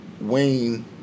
Wayne